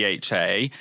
DHA